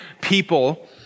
people